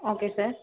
okay sir